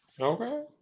Okay